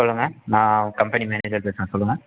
சொல்லுங்கள் நான் company manager பேசுறேன் சொல்லுங்கள்